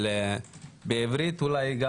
בעברית אולי.